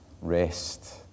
rest